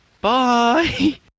bye